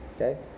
Okay